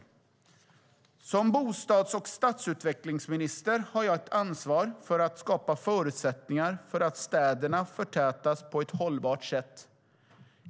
Som bostads och stadsutvecklingsminister har jag ett ansvar för att skapa förutsättningar för att städerna förtätas på ett hållbart sätt.